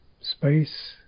Space